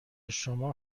شما